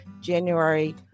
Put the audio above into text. January